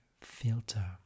filter